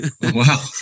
Wow